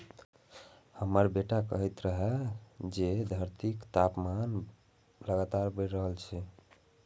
हमर बेटा कहैत रहै जे धरतीक तापमान लगातार बढ़ि रहल छै